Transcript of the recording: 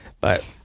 but-